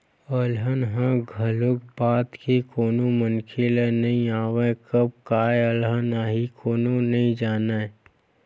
अलहन ह घलोक बता के कोनो मनखे ल नइ आवय, कब काय अलहन आही कोनो नइ जानय